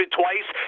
twice